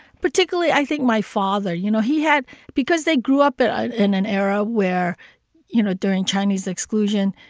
particularly, i think, my father. you know, he had because they grew up in ah in an era where you know, during chinese exclusion,